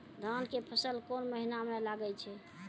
धान के फसल कोन महिना म लागे छै?